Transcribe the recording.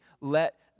let